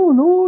no